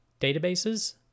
databases